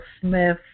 Smith